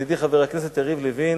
ידידי חבר הכנסת יריב לוין,